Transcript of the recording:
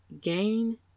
gain